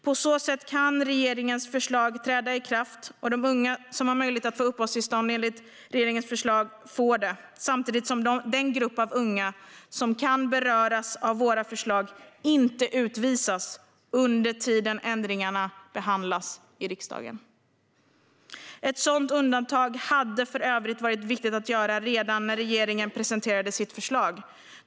På så sätt kan regeringens förslag träda i kraft, och de unga som har möjlighet att få uppehållstillstånd enligt regeringens förslag får det, samtidigt som den grupp av unga som kan beröras av våra förslag inte utvisas under tiden ändringarna behandlas i riksdagen. Ett sådant undantag hade för övrigt varit viktigt att göra redan när regeringen presenterade sitt förslag.